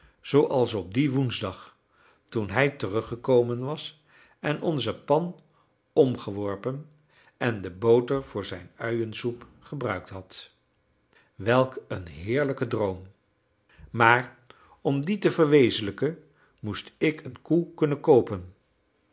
zooals op dien woensdag toen hij teruggekomen was en onze pan omgeworpen en de boter voor zijn uiensoep gebruikt had welk een heerlijke droom maar om dien te verwezenlijken moest ik een koe kunnen koopen